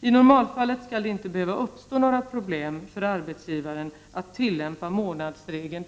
I normalfallet skall det inte behöva uppstå några problem för arbetsgivaren att korrekt tillämpa månadsregeln.